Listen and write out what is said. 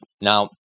Now